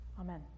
Amen